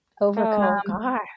Overcome